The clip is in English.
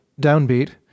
downbeat